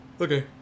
Okay